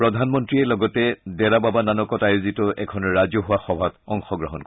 প্ৰধানমন্ত্ৰীয়ে লগতে ডেৰাবাবা নানকত আয়োজিত এখন ৰাজহুৱা সভাত অংশগ্ৰহণ কৰিব